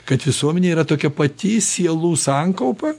kad visuomenė yra tokia pati sielų sankaupa